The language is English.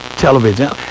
television